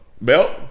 Belt